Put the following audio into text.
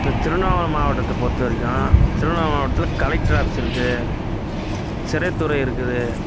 இந்த திருவண்ணாமலை மாவட்டத்தை பொறுத்த வரைக்கும் திருவண்ணாமலை மாவட்டத்தில் கலெக்டர் ஆஃபீஸ் இருக்குது சிறைத்துறை இருக்குது